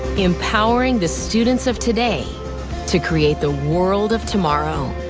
empowering the students of today to create the world of tomorrow.